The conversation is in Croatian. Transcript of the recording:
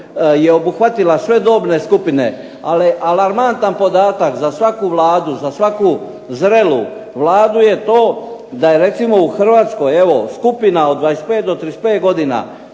je obuhvatila sve dobne skupine, ali je alarmantan podatak za svaku Vladu, za svaku zrelu Vladu je to da je recimo u Hrvatskoj evo skupina od 25-35 godina